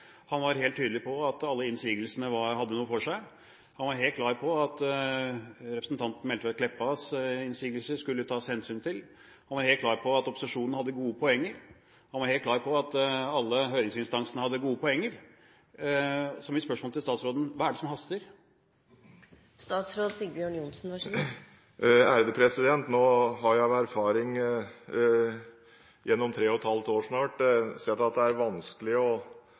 Han var helt tydelig på at alle innsigelsene hadde noe for seg. Han var helt klar på at representanten Meltveit Kleppas innsigelser skulle tas hensyn til, og han var helt klar på at opposisjonen hadde gode poenger. Han var helt klar på at alle høringsinstansene hadde gode poenger. Så mitt spørsmål til statsråden er: Hva er det som haster? Nå har jeg av erfaring gjennom tre og et halvt år snart sett at det er vanskelig å